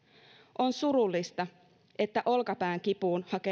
on surullista että olkapään kipuun